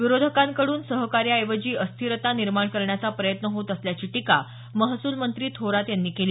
विरोधकांकडून सहकार्याऐवजी अस्थिरता निर्माण करण्याचा प्रयत्न होत असल्याची टीका महसूलमंत्री थोरात यांनी केली